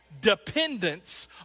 Dependence